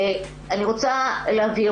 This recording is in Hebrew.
אני רוצה להבהיר,